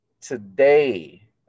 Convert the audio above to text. Today